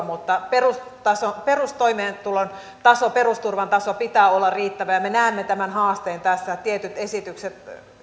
mutta perustoimeentulon tason perusturvan tason pitää olla riittävä ja me näemme tämän haasteen tässä